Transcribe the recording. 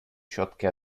четкий